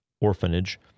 orphanage